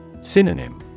Synonym